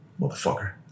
Motherfucker